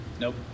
Nope